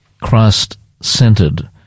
Christ-centered